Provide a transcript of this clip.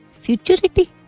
futurity